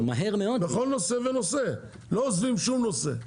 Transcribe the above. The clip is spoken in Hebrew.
בכל נושא ונושא, לא עוזבים שום נושא.